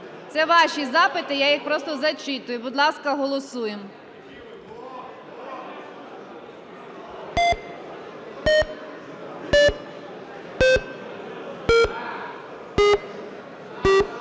Це ваші запити, я їх просто зачитую. Будь ласка, голосуємо.